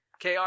KR